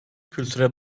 kültüre